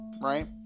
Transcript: right